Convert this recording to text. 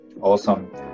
Awesome